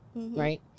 Right